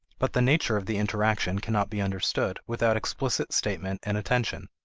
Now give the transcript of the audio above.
but the nature of the interaction cannot be understood without explicit statement and attention.